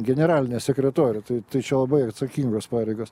generalinė sekretorė tai čia labai atsakingos pareigos